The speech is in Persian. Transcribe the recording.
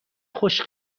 خوش